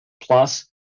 Plus